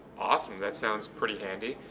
awesome, that sounds pretty handy.